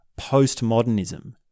postmodernism